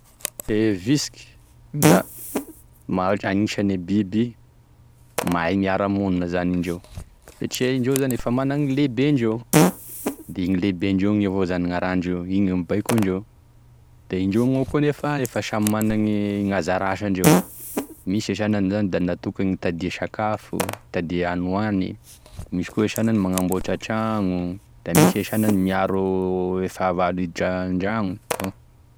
E visiky da mah- agnisan'e biby mahay miharamonina zany indreo satria indreo zany efa managny i lehibendreo de igny lehibendreo igny evao zany gn'arahindreo igny e mibaiko andreo de indreo moa koa nefa efa samy mana gn'anzara asandreo misy e sagnany zany da natokany hitadia sakafo hitadia hagniny hoagniny, misy koa e sagnany manamboatry tragno, da misy e sagnany miaro e fahavalo hiditry andragno.